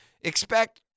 expect